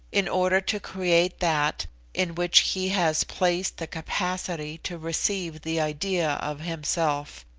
in order to create that in which he has placed the capacity to receive the idea of himself,